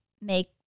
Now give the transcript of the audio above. make